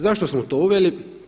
Zašto smo to uveli?